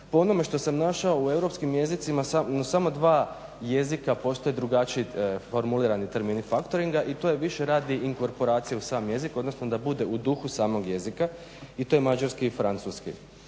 Po onome što sam našao u europskim jezicima samo dva jezika postoje drugačiji formulirani termini factoringa i to je više radi inkorporacije u sam jezik odnosno da bude u duhu samog jezika i to je mađarski i francuski.